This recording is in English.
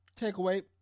takeaway